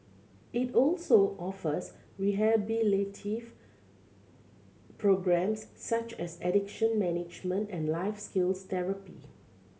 it also offers rehabilitative programmes such as addiction management and life skills therapy